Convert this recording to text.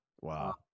Wow